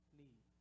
need